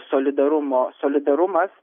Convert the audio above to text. solidarumo solidarumas